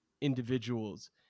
individuals